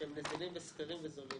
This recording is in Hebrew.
שהם נזילים וסחירים וזולים.